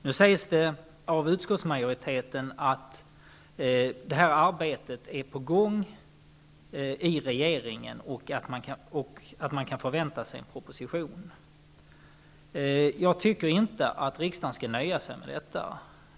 Nu sägs det från utskottsmajoriteten att det arbetet är på gång i regeringen och att man kan förvänta sig en proposition. Jag tycker inte att riksdagen skall nöja sig med detta.